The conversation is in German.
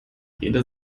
rede